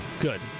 Good